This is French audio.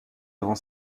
avant